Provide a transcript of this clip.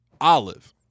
Olive